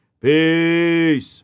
Peace